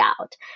out